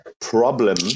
problem –